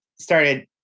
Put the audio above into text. started